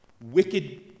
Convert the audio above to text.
wicked